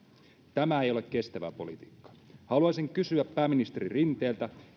tämä ei ole kestävää politiikkaa haluaisin kysyä pääministeri rinteeltä